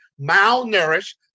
malnourished